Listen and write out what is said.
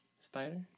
Spider